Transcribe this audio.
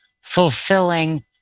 fulfilling